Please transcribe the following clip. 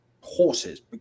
horses